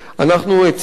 אנחנו הצענו